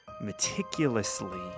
meticulously